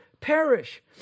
perish